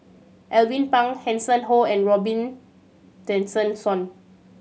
Alvin Pang Hanson Ho and Robin Tessensohn